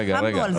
נלחמנו על זה.